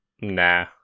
Nah